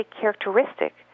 characteristic